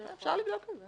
אפשר לבדוק את זה.